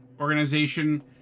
organization